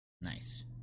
Nice